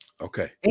Okay